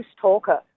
talker